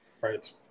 right